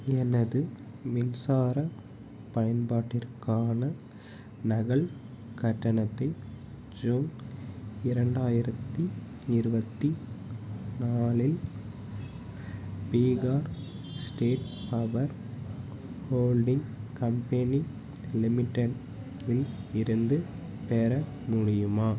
எனது மின்சார பயன்பாட்டிற்கான நகல் கட்டணத்தை ஜூன் இரண்டாயிரத்தி இருபத்தி நாலில் Bihar state power holding company limited இல் இருந்து பெற முடியுமா